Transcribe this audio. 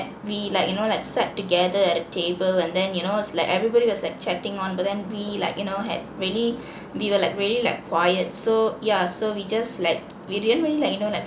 we like you know let's sat together at a table and then you know it's like everybody was like chatting on but then we like you know had really we were like really like quiet so yeah so we just like we didn't really like you know like